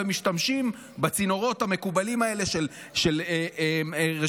ומשתמשים בצינורות המקובלים האלה של רשתות